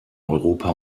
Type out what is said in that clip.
europa